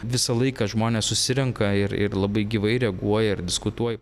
visą laiką žmonės susirenka ir ir labai gyvai reaguoja ir diskutuoja